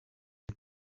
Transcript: est